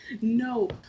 no